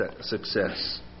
success